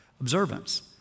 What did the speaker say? observance